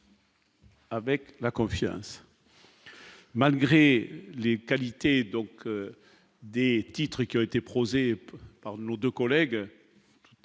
Avec la confiance. Malgré les qualités donc dès titre qui ont été proposées par nos 2 collègues